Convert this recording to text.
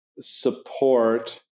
support